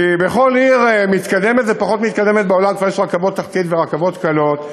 בכל עיר מתקדמת ופחות מתקדמת בעולם כבר יש רכבות תחתיות ורכבות קלות,